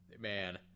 man